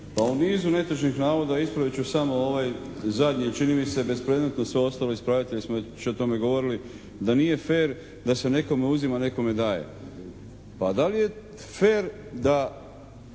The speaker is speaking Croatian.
Pa u nizu netočnih navoda ispravit ću samo ovaj zadnji. Čini mi se bespredmetno sve ostalo ispravljati jer smo već o tome govorili. Da nije fer da se nekome uzima, a nekome daje. Pa da li je fer da